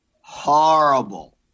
horrible